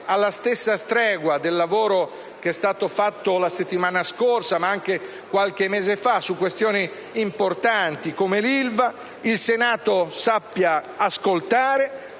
alla stregua del lavoro che è stato svolto la settimana scorsa, ma anche qualche mese fa, su questioni importanti come l'Ilva, il Senato sarà ascoltare,